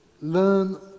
learn